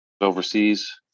overseas